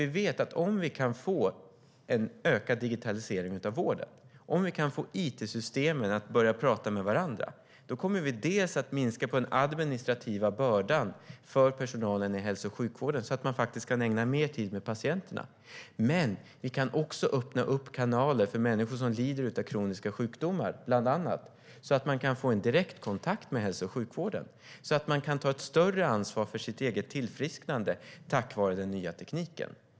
Vi vet ju att om vi kan få en ökad digitalisering av vården, om vi kan få it-systemen att börja prata med varandra, då kommer vi att minska på den administrativa bördan för personalen inom hälso och sjukvården, så att de faktiskt kan ägna mer tid åt patienterna, men vi kan också öppna upp kanaler för människor som bland annat lider av kroniska sjukdomar, så att de kan få en direktkontakt med hälso och sjukvården, så att de kan ta ett större ansvar för sitt eget tillfrisknande tack vare den nya tekniken.